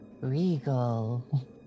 regal